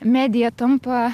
medija tampa